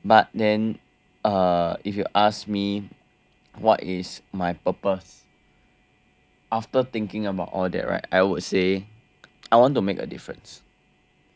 but then uh if you ask me what is my purpose after thinking about all that right I would say I want to make a difference